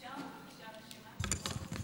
אפשר בבקשה רשימת שמות?